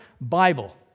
Bible